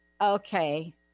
okay